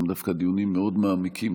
הם דווקא דיונים מאוד מעמיקים,